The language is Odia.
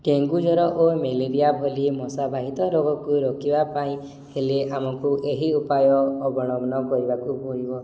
ଡ଼େଙ୍ଗୁ ଜ୍ୱର ଓ ମ୍ୟାଲେରିଆ ଭଲି ମଶାବାହିତ ରୋଗକୁ ରୋକିବା ପାଇଁ ହେଲେ ଆମକୁ ଏହି ଉପାୟ ଅବଳମ୍ବନ କରିବାକୁ ପଡ଼ିବ